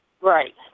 Right